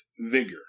vigor